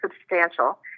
substantial